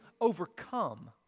overcome